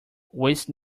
waste